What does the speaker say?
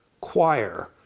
choir